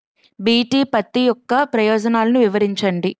BT పత్తి యొక్క ప్రయోజనాలను వివరించండి?